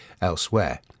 elsewhere